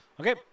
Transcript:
Okay